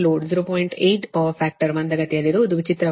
8 power factor ಮಂದಗತಿಯಲ್ಲಿರುವುದು ವಿಚಿತ್ರವಾಗಿದೆ